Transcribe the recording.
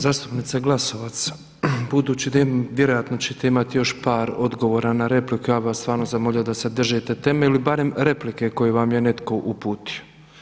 Zastupnica Glasovac, budući da imate, vjerojatno ćete imati još par odgovora na replike, ja bih vas stvarno zamolio da se držite teme ili barem replike koju vam je netko uputio.